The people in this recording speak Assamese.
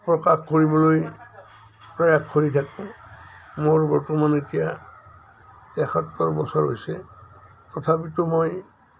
প্ৰকাশ কৰিবলৈ প্ৰয়াস কৰি থাকোঁ মোৰ বৰ্তমান এতিয়া এসত্তৰ বছৰ হৈছে তথাপিতো মই